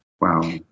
Wow